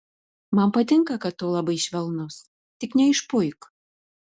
man patinka kad tu labai švelnus tik neišpuik